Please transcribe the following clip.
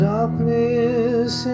Darkness